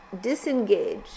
disengage